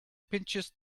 pinches